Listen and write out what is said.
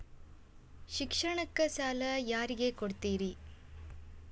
ಶಿಕ್ಷಣಕ್ಕ ಸಾಲ ಯಾರಿಗೆ ಕೊಡ್ತೇರಿ?